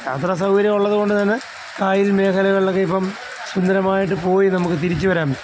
യാത്ര സൗകര്യം ഉള്ളതുകൊണ്ട് തന്നെ കായൽ മേഖലകളിലൊക്കെ ഇപ്പം സുന്ദരമായിട്ട് പോയി നമുക്ക് തിരിച്ചു വരാം